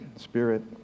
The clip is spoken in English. Spirit